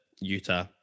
Utah